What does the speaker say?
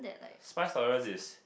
spice tolerance is